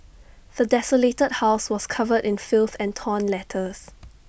the desolated house was covered in filth and torn letters